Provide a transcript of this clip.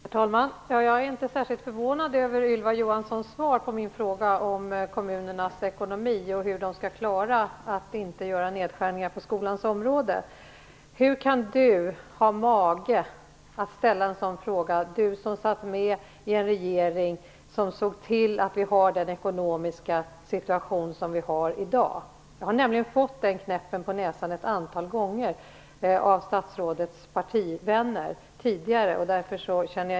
Herr talman! Jag är inte särskilt förvånad över Ylva Johanssons svar på min fråga om kommunernas ekonomi och hur de skall klara att inte göra nedskärningar på skolans område. Det löd: Hur kan du ha mage att ställa en sådan fråga, du som satt med i en regering som såg till att vi har den ekonomiska situation som vi har i dag? - Jag har nämligen fått den knäppen på näsan ett antal gånger tidigare av statsrådets partivänner.